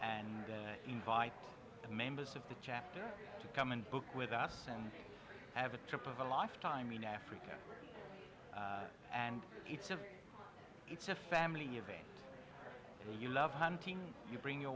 and invite the members of the chapter to come and book with us and have a trip of a lifetime in africa and it's a it's a family event you love hunting you bring your